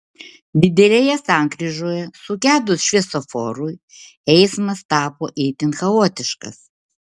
didelėje sankryžoje sugedus šviesoforui eismas tapo itin chaotiškas